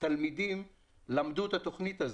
תלמידים למדו את התוכנית הזאת.